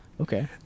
okay